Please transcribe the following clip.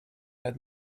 had